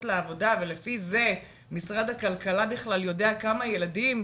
לעבודה ולפי זה משרד הכלכלה בכלל יודע כמה ילדים,